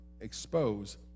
expose